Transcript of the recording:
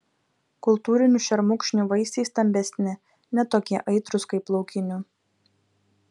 kultūrinių šermukšnių vaisiai stambesni ne tokie aitrūs kaip laukinių